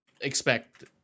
expect